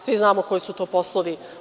Svi znamo koji su to poslovi.